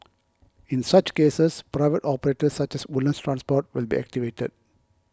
in such cases private operators such as Woodlands Transport will be activated